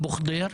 אין הבדל.